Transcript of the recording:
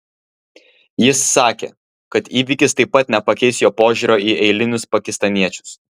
jis sakė kad įvykis taip pat nepakeis jo požiūrio į eilinius pakistaniečius